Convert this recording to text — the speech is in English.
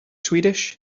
swedish